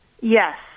Yes